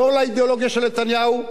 לא לאידיאולוגיה של נתניהו,